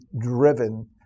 driven